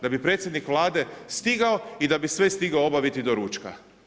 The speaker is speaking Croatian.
Da bi predsjednik Vlade stigao i da bi sve stigao obaviti do ručka.